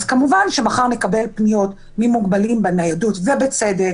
כמובן שמחר נקבל פניות מכל מי שמוגבל בניידות ובצדק,